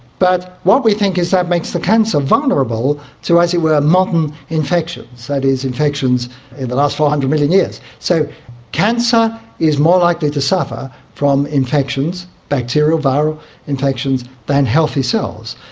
but what we think is that makes the cancer vulnerable to, as it were, modern infections, that is infections in the last four hundred million years. so cancer is more likely to suffer from infections, bacterial, viral infections, than healthy cells.